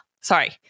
Sorry